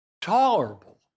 tolerable